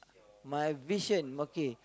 my vision okay